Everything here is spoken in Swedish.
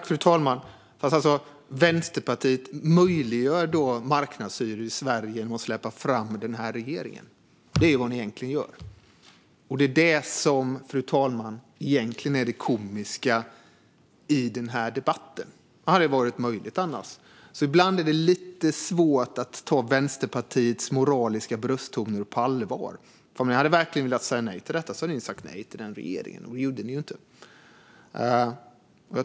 Fru talman! Vänsterpartiet möjliggör marknadshyror i Sverige genom att släppa fram den här regeringen. Det är detta, fru talman, som egentligen är det komiska i denna debatt. Det hade inte varit möjligt annars, så ibland är det lite svårt att ta Vänsterpartiets moraliska brösttoner på allvar. Om ni verkligen hade velat säga nej till detta hade ni sagt nej till regeringen, och det gjorde ni ju inte.